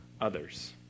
others